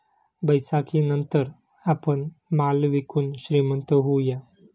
बैसाखीनंतर आपण माल विकून श्रीमंत होऊया